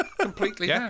completely